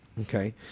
Okay